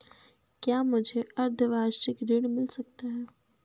क्या मुझे अर्धवार्षिक ऋण मिल सकता है?